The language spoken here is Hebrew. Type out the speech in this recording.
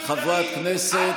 חבר הכנסת